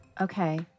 Okay